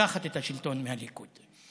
לקחת את השלטון מהליכוד.